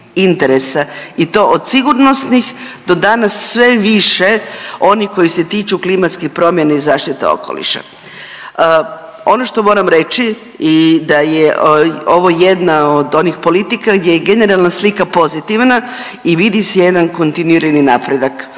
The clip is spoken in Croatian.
i to od sigurnosnih do danas sve više onih koji se tiču klimatskih promjena i zaštite okoliša. Ono što moram reći i da je ovo jedna od onih politika gdje je generalna slika pozitivna i vidi se jedan kontinuirani napredak